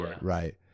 Right